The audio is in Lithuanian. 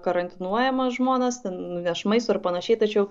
karantinuojama žmonės ten nuneš maisto ir panašiai tačiau